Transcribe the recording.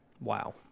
wow